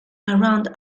around